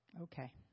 Okay